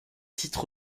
titre